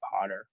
Potter